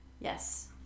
Yes